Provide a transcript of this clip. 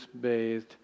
bathed